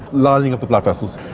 lining of the blood vessels,